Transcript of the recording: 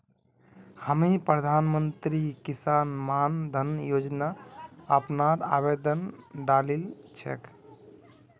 हामी प्रधानमंत्री किसान मान धन योजना अपनार आवेदन डालील छेक